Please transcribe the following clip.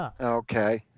Okay